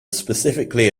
specifically